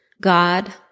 God